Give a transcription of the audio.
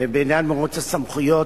בעניין מירוץ הסמכויות,